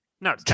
No